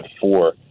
four